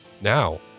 Now